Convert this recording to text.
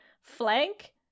flank